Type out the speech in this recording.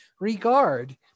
regard